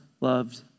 loved